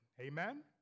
Amen